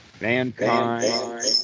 mankind